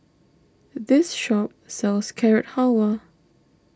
this shop sells Carrot Halwa